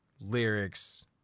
lyrics